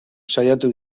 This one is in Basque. saiatu